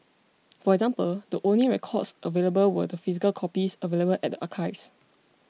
for example the only records available were the physical copies available at archives